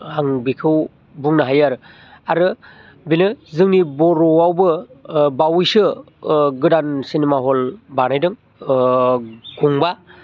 आं बेखौ बुंनो हायो आरो आरो बेनो जोंनि बर'आवबो ओ बावैसो ओ गोदान सिनेमा हल बानायदों ओ गंबा